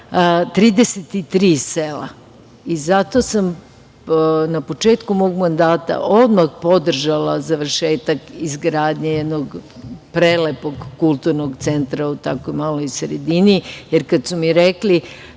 33 sela. Zato sam na početku mog mandata odmah podržala završetak izgradnje jednog prelepog kulturnog centra u tako maloj sredini, jer kada su mi rekli